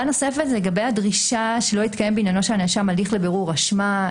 לגבי הדרישה שלא יתקיים בעניינו של הנאשם הליך לבירור אשמה,